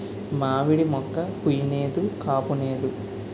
మావిడి మోక్క పుయ్ నేదు కాపూనేదు